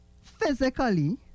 physically